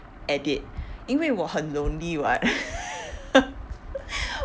edit 因为我很 lonely [what]